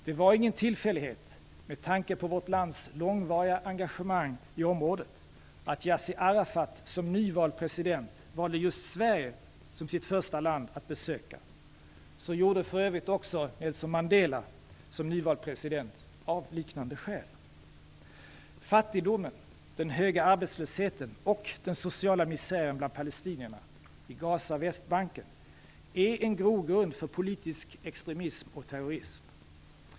Det var ingen tillfällighet, med tanke på vårt lands långvariga engagemang i området, att Yassir Arafat som nyvald president valde just Sverige som sitt första land att besöka. Så gjorde för övrigt också Nelson Mandela som nyvald president av liknande skäl. Fattigdomen, den höga arbetslösheten och den sociala misären bland palestinierna i Gaza och Västbanken är en grogrund för politisk extremism och terrorism.